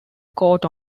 caught